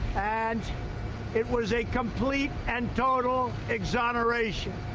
and it was a complete and total exoneration.